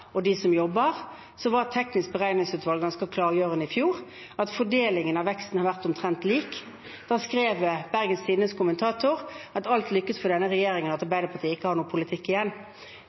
og dem som jobber, var tall fra Det tekniske beregningsutvalget for inntektsoppgjørene ganske klargjørende i fjor – fordelingen av veksten har vært omtrent lik. Da skrev Bergens Tidendes kommentator at alt lykkes for denne regjeringen, og at Arbeiderpartiet ikke har noen politikk igjen.